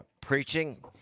preaching